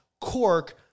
cork